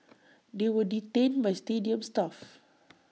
they were detained by stadium staff